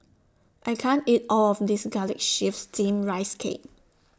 I can't eat All of This Garlic Chives Steamed Rice Cake